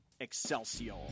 Excelsior